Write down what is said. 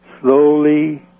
slowly